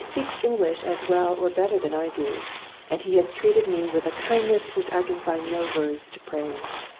he speaks english as well or better than i do and he has treated me with a kindness which i can find no words to praise.